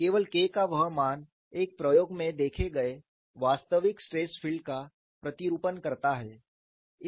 केवल K का वह मान एक प्रयोग में देखे गए वास्तविक स्ट्रेस फील्ड का प्रतिरूपण करता है